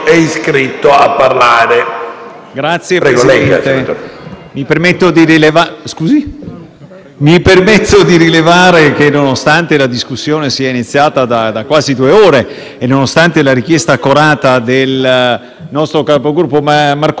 mi permetto di rilevare che, nonostante la discussione sia iniziata da quasi due ore e malgrado la richiesta accorata del nostro capogruppo, senatore Marcucci, il ministro Salvini ancora non si vede. Non credo abbia paura del dibattito. Le chiedo pertanto